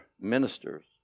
ministers